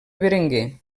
berenguer